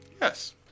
Yes